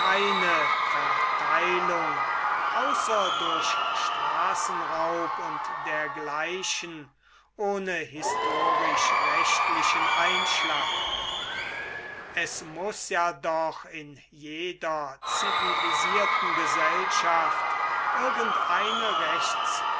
verteilung außer durch straßenraub und dergleichen ohne historisch rechtlichen einschlag es muß ja doch in jeder zivilisierten gesellschaft